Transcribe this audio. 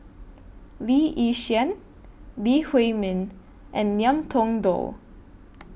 Lee Yi Shyan Lee Huei Min and Ngiam Tong Dow